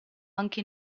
anche